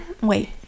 Wait